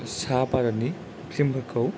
सा भारतनि फिल्म फोरखौ